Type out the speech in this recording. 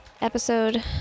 episode